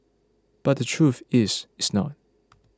but the truth is it's not